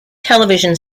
television